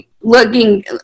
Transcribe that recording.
looking